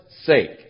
sake